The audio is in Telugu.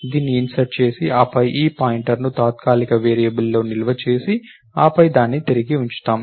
దీన్ని ఇన్సర్ట్ చేసి ఆపై ఈ పాయింటర్ను తాత్కాలిక వేరియబుల్లో నిల్వ చేసి ఆపై దాన్ని తిరిగి ఉంచుతాం